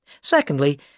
Secondly